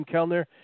Kellner